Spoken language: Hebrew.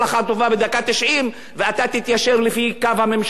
ואתה תתיישר לפי קו הממשלה וקו ראש הממשלה.